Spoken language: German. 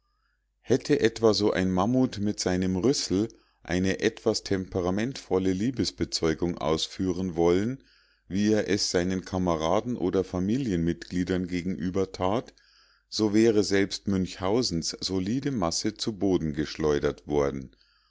hätte etwa so ein mammut mit seinem rüssel eine etwas temperamentvolle liebesbezeugung ausführen wollen wie er es seinen kameraden oder familiengliedern gegenüber tat so wäre selbst münchhausens solide masse zu boden geschleudert worden